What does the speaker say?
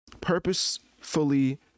purposefully